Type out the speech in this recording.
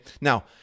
Now